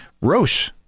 Roche &